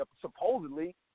supposedly